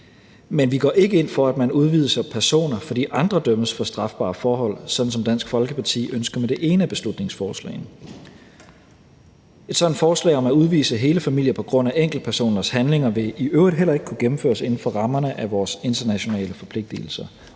Men vi går ikke ind for, at man udviser personer, fordi andre dømmes for strafbare forhold, sådan som Dansk Folkeparti ønsker med det ene af beslutningsforslagene. Et sådant forslag om at udvise hele familier på grund af enkeltpersoners handlinger vil i øvrigt heller ikke kunne gennemføres inden for rammerne af vores internationale forpligtigelser,